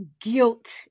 guilt